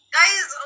Guys